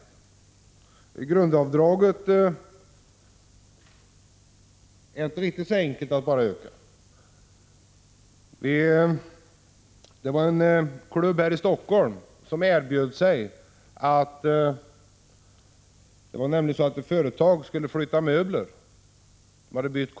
Det är inte så enkelt som att bara öka grundavdraget. Det var ett företag i Helsingfors som hade bytt kontor och skulle flytta sina möbler.